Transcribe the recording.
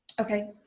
Okay